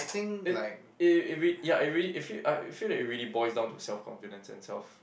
it it re~ ya it really it feel uh it feel that it really boils down to self confidence and self